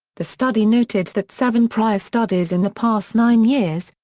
the study noted that seven prior studies in the past nine years,